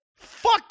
Fuck